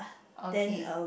okay